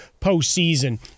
postseason